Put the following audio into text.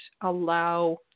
allow